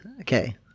Okay